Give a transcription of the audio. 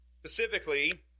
specifically